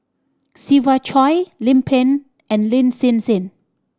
Siva Choy Lim Pin and Lin Hsin Hsin